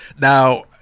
Now